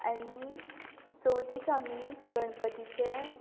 आनी चवथीक आमी गणपतीचे